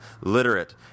literate